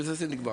בזה זה נגמר.